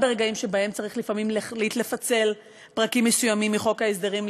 גם ברגעים שבהם צריך לפעמים להחליט לפצל פרקים מסוימים מחוק ההסדרים,